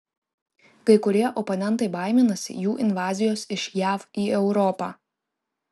kai kurie oponentai baiminasi jų invazijos iš jav į europą